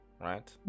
right